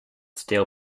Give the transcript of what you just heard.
steel